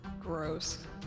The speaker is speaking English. Gross